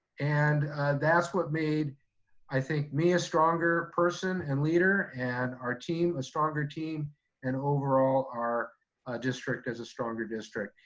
and that's what made i think me a stronger person and leader and our team a stronger team and overall, our district as a stronger district.